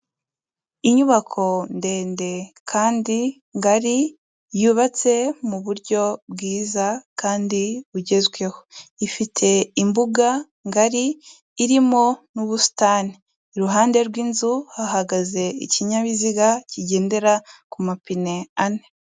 Inyubako ndende kandi ngari yubatse mu buryo bwiza kandi bugezweho, ifite imbuga ngari irimo n'ubusitani, iruhande rw'inzu hahagaze ikinyabiziga kigendera ku mapine ane.